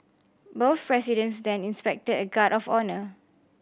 both presidents then inspected a guard of honour